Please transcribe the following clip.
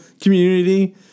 community –